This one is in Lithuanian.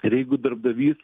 ir jeigu darbdavys